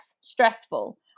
stressful